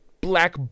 Black